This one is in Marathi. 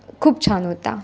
खूप छान होता